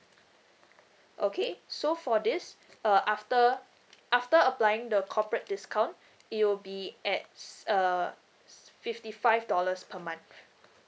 okay so for this uh after after applying the corporate discount it will be at uh fifty five dollars per month